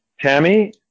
Tammy